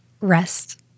Rest